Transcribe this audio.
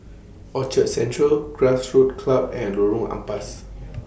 Orchard Central Grassroots Club and Lorong Ampas